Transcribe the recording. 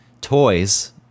toys